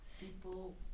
people